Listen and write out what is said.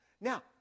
Now